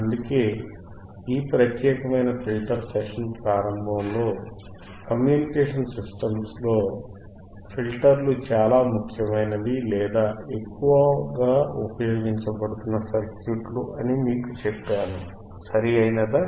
అందుకే ఈ ప్రత్యేకమైన ఫిల్టర్ సెషన్ ప్రారంభంలో కమ్యూనికేషన్ సిస్టమ్స్లో ఫిల్టర్లు చాలా ముఖ్యమైనవి లేదా ఎక్కువగా ఉపయోగించబడుతున్న సర్క్యూట్లు అని మీకు చెప్పాను సరియైనదా